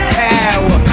power